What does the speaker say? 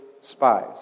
spies